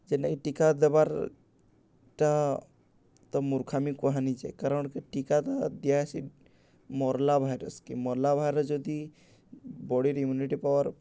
ଜେନ୍ଟାକି ଟୀକା ଦେବାର୍ଟା ତ ମୁର୍ଖାମି କୁହାନିିଯାଏ କାରଣ ଟୀକାଟା ଦିଆ ହେସି ମର୍ଲା ଭାଇରସ୍କେ ମର୍ଲା ଭାଇରସ୍ ଯଦି ବଡ଼ିର୍ ଇମ୍ୟୁନିଟି ପାୱାର୍